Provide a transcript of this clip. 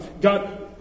God